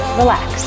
relax